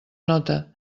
nota